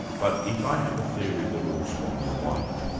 but if i have a theory that all swans are white,